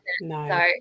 no